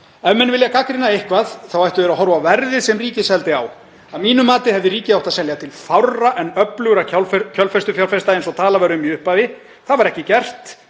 Ef menn vilja gagnrýna eitthvað þá ættu þeir að horfa á verðið sem ríkið seldi á. Að mínu mati hefði ríkið átt að selja til fárra en öflugra kjölfestufjárfesta eins og talað var um í upphafi. Það var ekki gert.